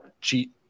cheat